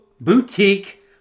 Boutique